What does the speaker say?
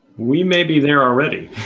we may be there already,